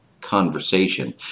conversation